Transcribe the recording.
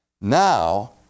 now